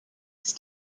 ist